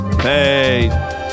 Hey